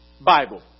Bible